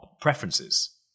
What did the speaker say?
preferences